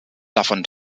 davon